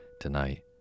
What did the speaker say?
tonight